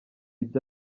ibyo